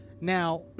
Now